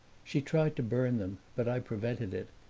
she tried to burn them, but i prevented it.